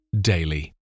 daily